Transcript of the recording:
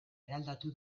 eraldatu